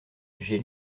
j’ai